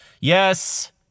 yes